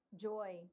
joy